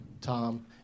Tom